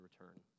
return